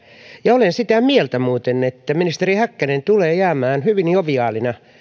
ja olen muuten sitä mieltä että ministeri häkkänen tulee jäämään historiaan hyvin joviaalina